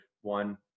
one